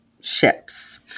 ships